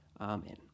Amen